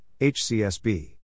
HCSB